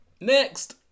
Next